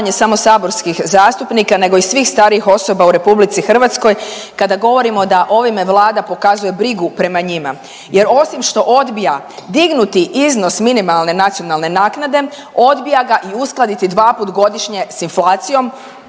samo saborskih zastupnika nego i svih starijih osoba u RH kada govorimo da ovime Vlada pokazuje brigu prema njima. Jer osim što odbija dignuti iznos minimalne nacionalne naknade, odbija ga i uskladiti dva puta godišnje s inflacijom,